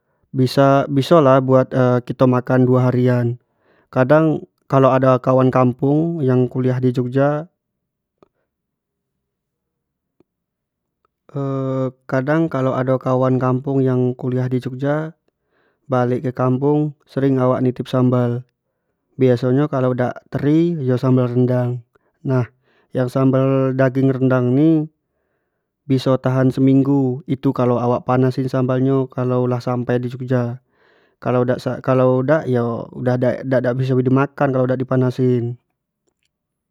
Bisa biso lah buat kito makan duo hari an, kadang kalau ado kawan kampung yang kuliah di jogja kadang kalau ado kawan kampung yang kuliah di jogja balek ke kampung sering lah awak nitip sambal, biaso nyo kalau dak teri iyo sambal rendang, nah yang sambal daging rendang ni biso tahan seminggu tu kalau awak panasin sambal nyo kalau lah sampai di jogja, kalau dak yo dak biso di makan kalau dak di panasin.